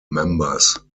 members